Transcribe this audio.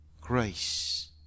Grace